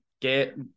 get